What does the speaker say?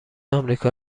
آمریکا